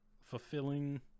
fulfilling